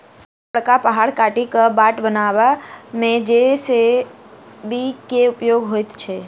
बड़का बड़का पहाड़ काटि क बाट बनयबा मे जे.सी.बी के उपयोग होइत छै